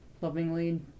lovingly